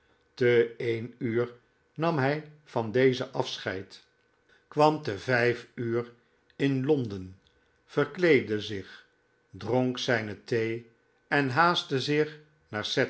te een uur nam hij van dezen afscheid kwam te vijf uur inlonden verkleedde zich dronk zijne thee en haastte zich naar